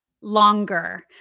Longer